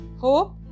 hope